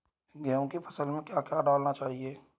गेहूँ की फसल में क्या क्या डालना चाहिए?